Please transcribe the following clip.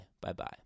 Bye-bye